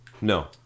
No